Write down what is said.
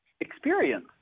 experience